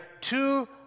two